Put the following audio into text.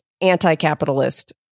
anti-capitalist